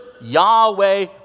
Yahweh